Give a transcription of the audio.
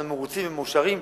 אנחנו מרוצים ומאושרים,